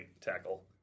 tackle